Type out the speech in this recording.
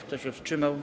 Kto się wstrzymał?